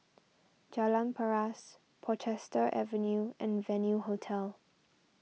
Jalan Paras Portchester Avenue and Venue Hotel